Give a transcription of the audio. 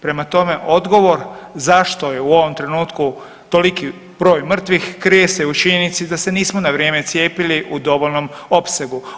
Prema tome, odgovor zašto je u ovom trenutku toliki broj mrtvih krije se i u činjenici da se nismo na vrijeme cijepili u dovoljnom opsegu.